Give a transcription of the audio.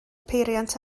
peiriant